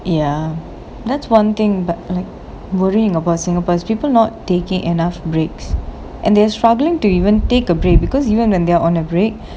ya that's one thing but like worrying about singapore's people not taking enough breaks and they're struggling to even take a break because even went there on a break